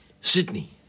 Sydney